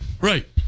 Right